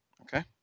Okay